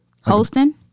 Hosting